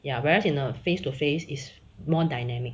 ya whereas in a face to face is more dynamic